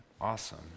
awesome